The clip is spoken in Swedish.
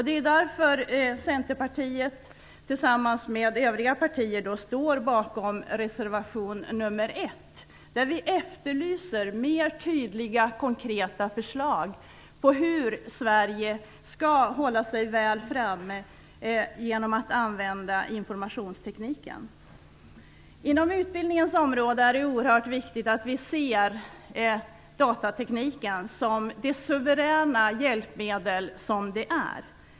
Det är därför Centerpartiet tillsammans med övriga partier står bakom reservation nr 1, där vi efterlyser mer tydliga och konkreta förslag på hur Sverige skall hålla sig väl framme genom att använda informationstekniken. Inom utbildningens område är det oerhört viktigt att vi ser datatekniken som det suveräna hjälpmedel den är.